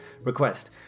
request